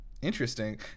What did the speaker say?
Interesting